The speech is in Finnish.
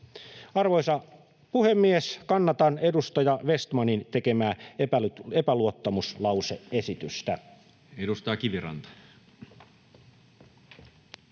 Arvoisa puhemies! Kannatan edustaja Vestmanin tekemää epäluottamuslause-esitystä. [Speech 127]